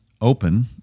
open